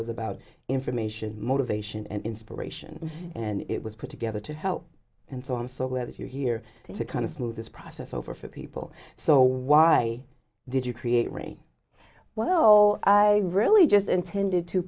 was about information motivation and inspiration and it was put together to help and so i'm so glad that you're here to kind of smooth this process over for people so why did you create ray well i really just intended to